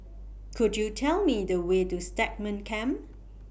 Could YOU Tell Me The Way to Stagmont Camp